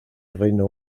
reino